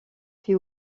fut